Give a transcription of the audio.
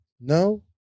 No